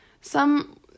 Some